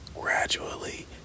Gradually